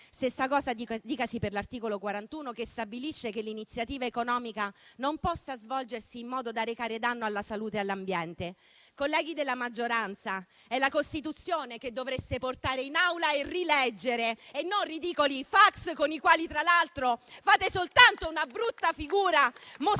Stessa cosa dicasi per l'articolo 41, che stabilisce che l'iniziativa economica non possa svolgersi in modo da recare danno alla salute e all'ambiente. Colleghi della maggioranza, è la Costituzione che dovreste portare in Aula e rileggere, e non ridicoli fax con i quali, tra l'altro, fate soltanto una brutta figura